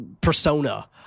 persona